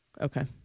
Okay